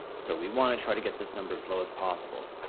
so we wanna try to get this number as low as possible.